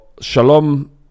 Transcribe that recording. shalom